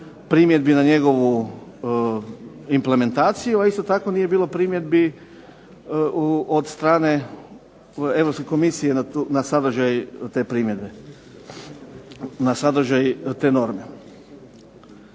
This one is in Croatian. primjedbi na njegovu implementaciju a isto tako nije bilo primjedbi od strane Europske komisije na sadržaj te norme. Ovaj konačni